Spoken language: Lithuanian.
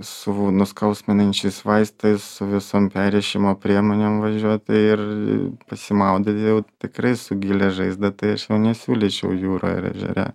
su nuskausminančiais vaistais visom perrišimo priemonėm važiuoti ir pasimaudyti jau tikrai su gilia žaizda tai aš jau nesiūlyčiau jūra ar ežere